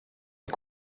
est